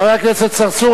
חבר הכנסת צרצור?